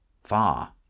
far